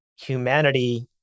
humanity